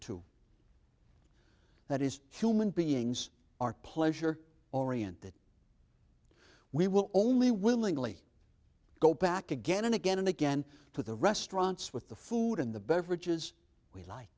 two that is human beings are pleasure oriented we will only willingly go back again and again and again to the restaurants with the food in the beverages we like